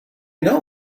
know